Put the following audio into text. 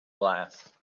glass